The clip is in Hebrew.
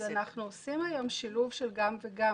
אנחנו עושים היום שילוב של גם וגם,